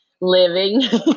living